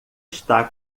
está